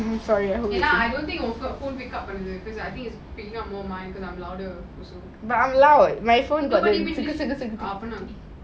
sorry I hope like I'm loud my phone is